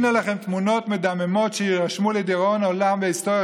הינה לכם תמונות מדממות שיירשמו לדיראון עולם בהיסטוריה